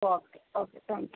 okay okay thank you